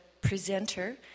presenter